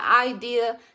idea